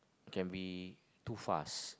can be too fast